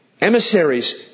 emissaries